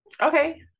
okay